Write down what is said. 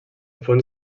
fons